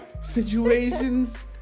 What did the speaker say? situations